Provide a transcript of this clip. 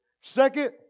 Second